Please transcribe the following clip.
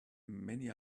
many